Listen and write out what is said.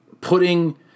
putting